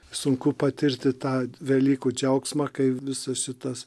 sunku patirti tą velykų džiaugsmą kai visas šitas